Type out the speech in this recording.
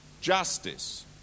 justice